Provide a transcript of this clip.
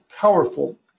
powerful